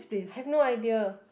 I've no idea